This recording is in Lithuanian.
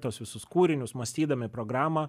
tuos visus kūrinius mąstydami programą